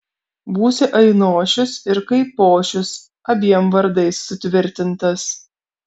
būsi ainošius ir kaipošius abiem vardais sutvirtintas